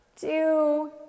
two